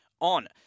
on